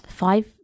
five